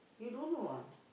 you don't know ah